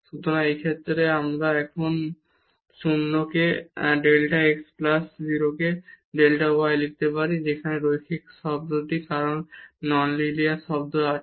সুতরাং এই ক্ষেত্রে আমরা এখন 0 কে ডেল্টা x প্লাস 0 কে ডেল্টা y তে লিখতে পারি সেই রৈখিক শব্দটি কারণ সেখানে নন লিনিয়ার শব্দ আছে